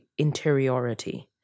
interiority